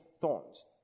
thorns